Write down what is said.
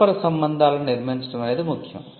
పరస్పర సంబంధాలను నిర్మించడం అనేది ముఖ్యం